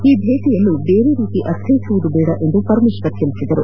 ಈ ಭೇಟಯನ್ನು ದೇರೆ ರೀತಿ ಅರ್ಥೈಸುವುದು ದೇಡ ಎಂದು ಪರಮೇಶ್ವರ್ ತಿಳಿಸಿದರು